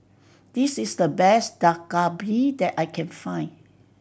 this is the best Dak Galbi that I can find